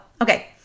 okay